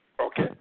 Okay